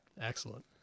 Excellent